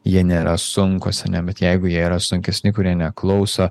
jie nėra sunkūs ar ne bet jeigu jie yra sunkesni kurie neklauso